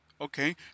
Okay